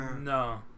No